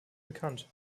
bekannt